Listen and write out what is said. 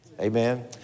Amen